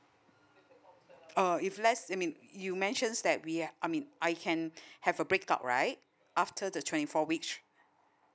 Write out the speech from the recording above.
uh if let I mean you mentions that we I mean I can have a break up right after the twenty four reach